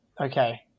Okay